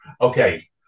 okay